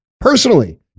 personally